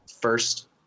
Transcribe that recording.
first